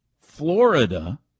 Florida